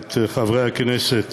את חברי הכנסת